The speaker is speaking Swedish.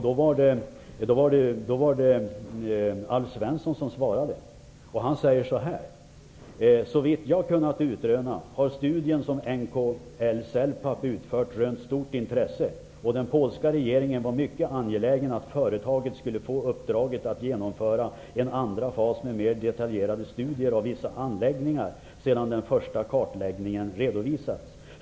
Då var det Alf Svensson som svarade, och han sade så här: ''Såvitt jag kunnat utröna har studien som NLK-Celpap utfört rönt stort intresse och den polska regeringen var mycket angelägen att företaget skulle få uppdraget att genomföra en andra fas med mer detaljerade studier av vissa anläggningar sedan den första kartläggningen redovisats.